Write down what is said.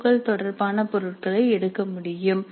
ஓக்கள் தொடர்பான பொருட்களை எடுக்க முடியும்